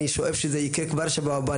אני שואף שזה יקרה כבר בשבוע הבא.